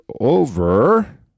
over